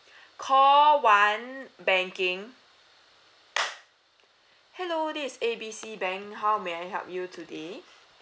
call one banking hello this A B C bank how may I help you today